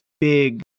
big